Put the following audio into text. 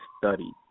studied